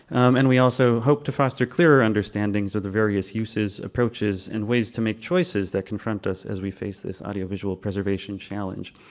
and we also hope to foster clearer understandings of the various uses, approaches and ways to make choices that confront us as we face this audio visual preservation challenge.